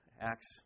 Acts